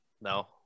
No